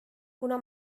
kuna